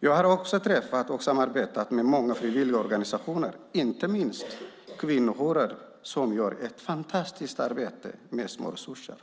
Jag har också träffat och samarbetat med många frivilligorganisationer, inte minst kvinnojourer, som gör ett fantastiskt arbete med små resurser.